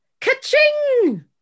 ka-ching